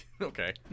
Okay